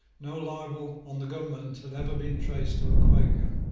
no libel on the government had ever been traced to a quaker.